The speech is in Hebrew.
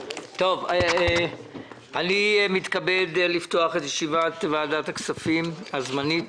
אני מתכבד לפתוח את ישיבת ועדת הכספים הזמנית.